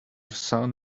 sun